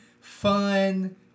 fun